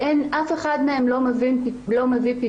ואף אחד מהם לא מביא פתרון-